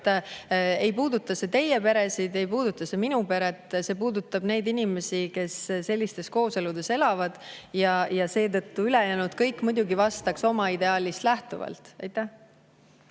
Ei puuduta see teie peret, ei puuduta see minu peret, see puudutab neid inimesi, kes sellises kooselus elavad. Kõik ülejäänud muidugi vastaks oma ideaalist lähtuvalt. Kalle